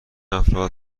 افراد